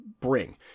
bring